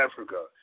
Africa